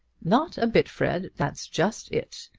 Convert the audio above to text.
not a bit, fred. that's just it.